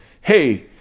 hey